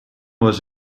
was